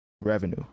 revenue